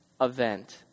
event